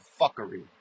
fuckery